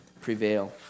prevail